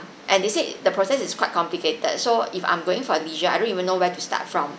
and they said the process is quite complicated so if I'm going for leisure I don't even know where to start from